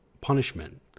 punishment